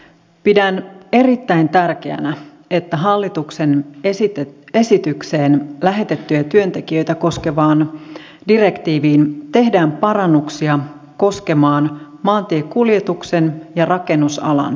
pidän erittäin tärkeänä että hallituksen esitykseen lähetettyjä työntekijöitä koskevaan direktiiviin tehdään parannuksia koskemaan maantiekuljetuksen ja rakennusalan työtä